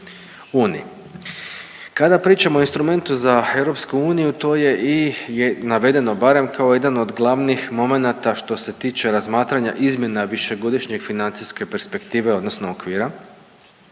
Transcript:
Kada pričamo o instrumentu za EU, to je i navedeno, barem kao jedan od glavnim momenata što se tiče razmatranja izmjena višegodišnje financijske perspektive odnosno okvira